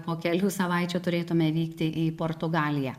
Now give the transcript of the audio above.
po kelių savaičių turėtume vykti į portugaliją